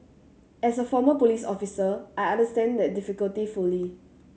as a former police officer I understand that difficulty fully